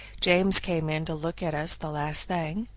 james came in to look at us the last thing,